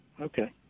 Okay